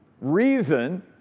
reason